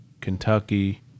Kentucky